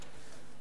אדוני היושב-ראש,